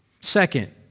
Second